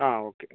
ആ ഓക്കെ മ്